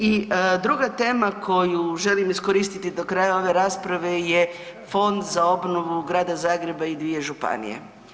I druga tema koju želim iskoristiti do kraja ove rasprave je Fond za obnovu Grada Zagreba i dvije županije.